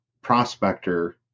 prospector